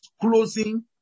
Closing